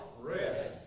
Rest